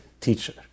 teacher